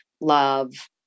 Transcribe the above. love